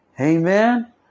Amen